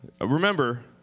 Remember